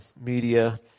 media